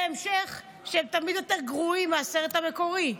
המשך היא שהם תמיד יותר גרועים מהסרט המקורי.